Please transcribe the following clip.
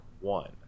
one